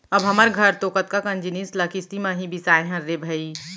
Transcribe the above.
अब हमर घर तो कतका कन जिनिस ल किस्ती म ही बिसाए हन रे भई